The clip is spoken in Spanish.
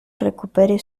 recupere